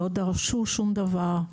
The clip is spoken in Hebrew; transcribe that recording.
לא דרשו שום דבר,